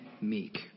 meek